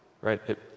right